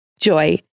Joy